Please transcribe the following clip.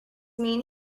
mean